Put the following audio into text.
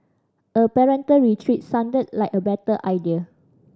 a parental retreat sounded like a better idea